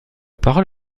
parole